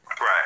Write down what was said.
Right